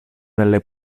delle